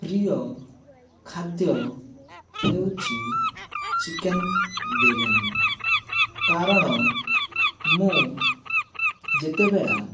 ପ୍ରିୟ ଖାଦ୍ୟ ହେଉଛି ଚିକେନ ବିରିୟାନୀ କାରଣ ମୁଁ ଯେତେବେଳା